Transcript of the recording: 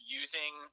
using